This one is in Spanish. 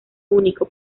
único